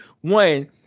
one